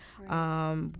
Right